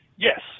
Yes